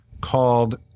called